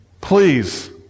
Please